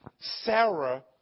Sarah